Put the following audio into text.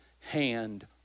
hand